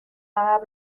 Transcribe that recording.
عقب